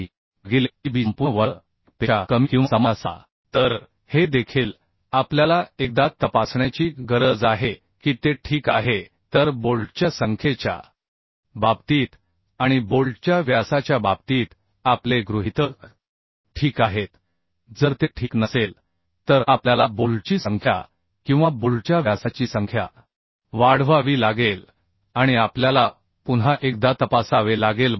भागिले TDB संपूर्ण वर्ग 1 पेक्षा कमी किंवा समान असावा तर हे देखील आपल्याला एकदा तपासण्याची गरज आहे की ते ठीक आहे तर बोल्टच्या संख्येच्या बाबतीत आणि बोल्टच्या व्यासाच्या बाबतीत आपले गृहितक ठीक आहेत जर ते ठीक नसेल तर आपल्याला बोल्टची संख्या किंवा बोल्टच्या व्यासाची संख्या वाढवावी लागेल आणि आपल्याला पुन्हा एकदा तपासावे लागेल